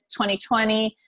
2020